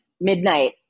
midnight